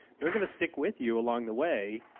they're going to stick with you along the way.